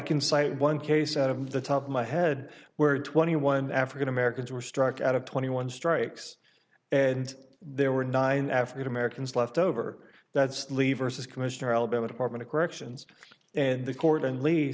cite one case out of the top of my head where twenty one african americans were struck out of twenty one strikes and there were nine african americans left over that's leavers commissioner alabama department of corrections and the court and